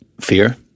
Fear